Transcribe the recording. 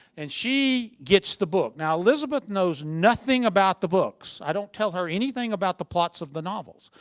and she gets the book. now, elizabeth knows nothing about the books. i don't tell her anything about the plots of the novels.